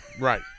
Right